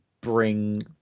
bring